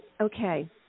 okay